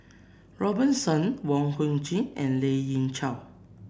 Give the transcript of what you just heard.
Robert Soon Wong Hung Khim and Lien Ying Chow